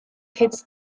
kids